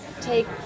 take